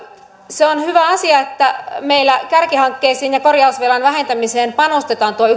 se on hyvä asia että meillä kärkihankkeisiin ja ja korjausvelan vähentämiseen panostetaan tuo yksi